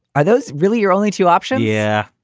are those really your only two option? yeah,